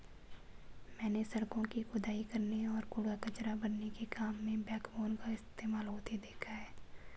मैंने सड़कों की खुदाई करने और कूड़ा कचरा भरने के काम में बैकबोन का इस्तेमाल होते देखा है